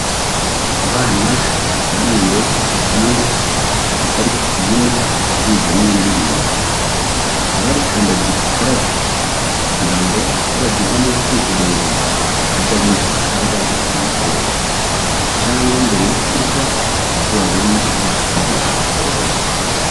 Abana bateraniye hamwe bari kubyina biga n'indirimbo, hakaba hari kandagira ukarabe, kugira ngo urajya uva mu bwiherero ajye abona uko akaraba bitamugoye cyangwa mbere yo kurya nabwo babone aho bakarabira byoroshye.